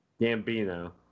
Gambino